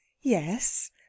Yes